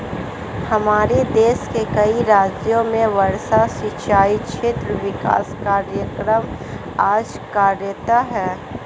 हमारे देश के कई राज्यों में वर्षा सिंचित क्षेत्र विकास कार्यक्रम आज कार्यरत है